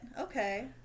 okay